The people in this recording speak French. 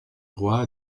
roi